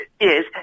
Yes